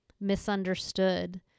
misunderstood